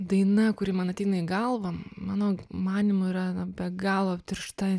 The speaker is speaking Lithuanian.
daina kuri man ateina į galvą mano manymu yra na be galo tiršta